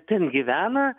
ten gyvena